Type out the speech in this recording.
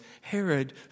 Herod